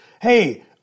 Hey